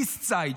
איסט סייד,